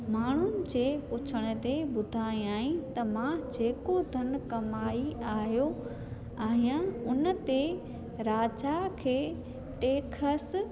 माण्हुनि जे पुछण ते ॿुधायाई त मां जेको धन कमाई आयो आहियां हुन ते राजा खे टेखसि